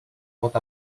pot